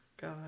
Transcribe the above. God